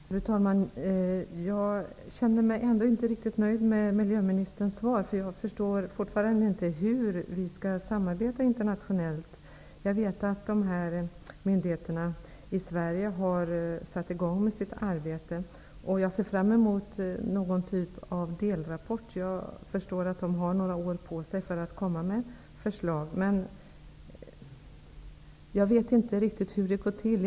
Fru talman! Jag känner mig ändå inte riktigt nöjd med miljöministerns svar. Jag förstår fortfarande inte hur vi skall samarbeta internationellt. Jag vet att myndigheterna i Sverige har satt i gång med sitt arbete, och jag ser fram emot någon typ av delrapport. Jag förstår att de har några år på sig för att komma med förslag. Men jag vet inte riktigt hur arbetet går till.